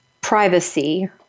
privacy